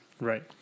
Right